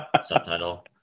subtitle